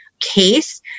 case